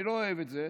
אני לא אוהב את זה,